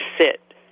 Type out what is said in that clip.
sit